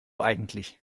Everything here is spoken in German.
eigentlich